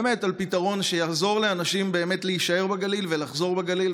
פתרון שיעזור לאנשים באמת להישאר בגליל ולחזור לגליל.